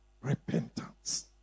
repentance